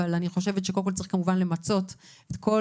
אבל אני חושבת שקודם כל צריך למצות את כל